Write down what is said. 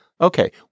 Okay